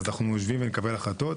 אנו יושבים ונקבל החלטות.